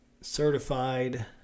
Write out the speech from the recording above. Certified